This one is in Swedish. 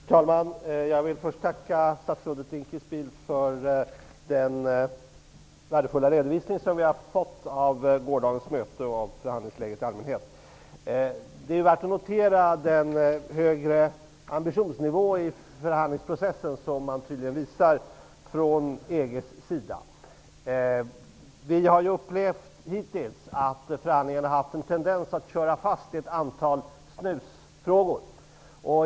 Herr talman! Jag vil först tacka statsrådet Dinkelspiel för den värdefulla redovisning som vi har fått av gårdagens möte och förhandslingsläget i allmänhet. Det är värt att notera den högre ambitionsnivå i förhandlingsprocessen som man tydligen visar från EG:s sida. Vi har hittills fått uppleva att förhandlingarna har haft en tendens att köra fast i ett antal ''snusfrågor''.